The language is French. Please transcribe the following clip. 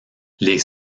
les